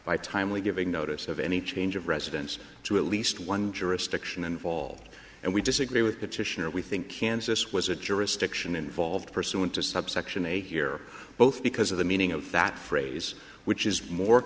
by timely giving notice of any change of residence to at least one jurisdiction involved and we disagree with petitioner we think kansas was a jurisdiction involved pursuant to subsection a here both because of the meaning of that phrase which is more